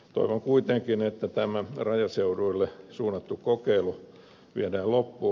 toivon kuitenkin että tämä rajaseuduille suunnattu kokeilu viedään loppuun